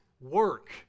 work